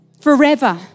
forever